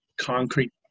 concrete